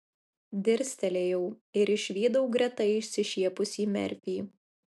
dirstelėjau ir išvydau greta išsišiepusį merfį